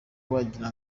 wagira